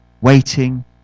waiting